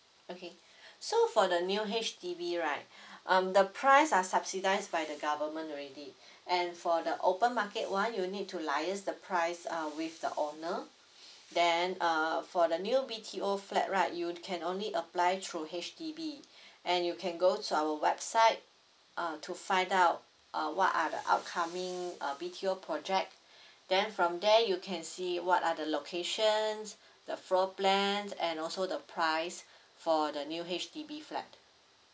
okay so for the new H_D_B right um the price are subsidized by the government already and for the open market [one] you need to liaise the price uh with the owner then uh for the new B_T_O flat right you can only apply through H_D_B and you can go to our website uh to find out uh what are the upcoming uh B_T_O project then from there you can see what are the locations the floor plans and also the price for the new H_D_B flat